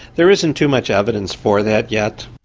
there isn't too much evidence for that yet.